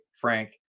frank